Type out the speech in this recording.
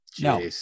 No